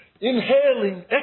inhaling